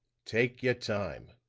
take your time.